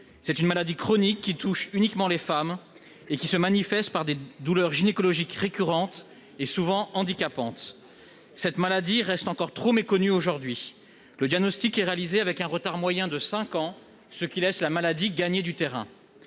d'une maladie chronique qui touche uniquement les femmes et qui se manifeste par des douleurs gynécologiques récurrentes et souvent handicapantes. Cette maladie reste encore trop méconnue aujourd'hui. Le diagnostic est réalisé avec un retard moyen de cinq ans, ce qui laisse la maladie gagner du terrain.